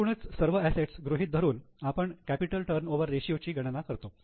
एकूणच सर्व असेट्स गृहीत धरून आपण कॅपिटल टर्नओवर रेषीयो ची गणना करतो